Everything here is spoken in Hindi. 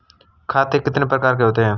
खाते कितने प्रकार के होते हैं?